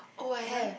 oh I have